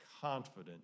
confident